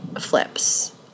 Flips